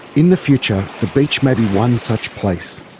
in the future the beach may be one such place.